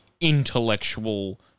intellectual